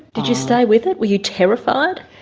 did you stay with it, were you terrified?